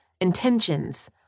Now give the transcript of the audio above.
intentions